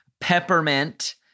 Peppermint